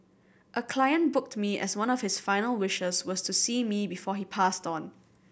a client booked me as one of his final wishes was to see me before he passed on